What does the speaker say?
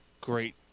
Great